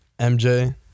MJ